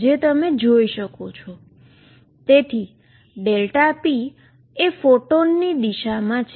તેથી Δp એ ફોટોનની દિશામાં છે